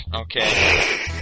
okay